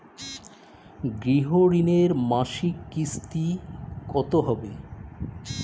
গৃহ ঋণের মাসিক কিস্তি কত হবে?